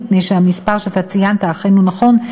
מפני שהמספר שאתה ציינת אכן נכון,